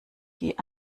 die